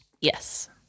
Yes